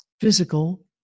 physical